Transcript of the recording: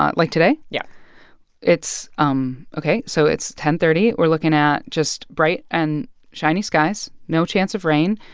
like, today? yeah it's um ok, so it's ten thirty. we're looking at just bright and shiny skies, no chance of rain,